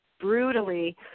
brutally